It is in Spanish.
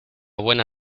buena